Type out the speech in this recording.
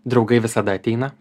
draugai visada ateina